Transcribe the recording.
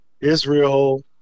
Israel